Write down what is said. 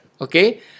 Okay